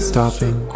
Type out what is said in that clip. Stopping